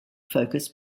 focus